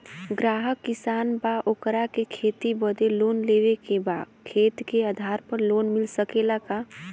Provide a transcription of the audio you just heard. ग्राहक किसान बा ओकरा के खेती बदे लोन लेवे के बा खेत के आधार पर लोन मिल सके ला?